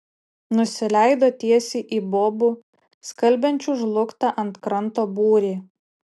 nusileido tiesiai į bobų skalbiančių žlugtą ant kranto būrį